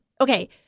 Okay